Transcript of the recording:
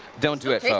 don't do it.